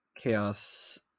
chaos